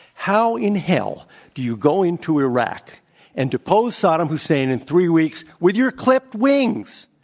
how in hell do you go into iraq and depose saddam hussein in three weeks with your clipped wings?